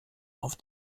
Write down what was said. auf